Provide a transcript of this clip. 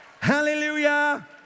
Hallelujah